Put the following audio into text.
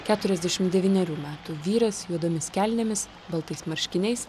keturiasdešimt devynerių metų vyras juodomis kelnėmis baltais marškiniais